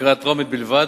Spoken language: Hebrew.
בקריאה טרומית בלבד,